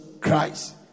Christ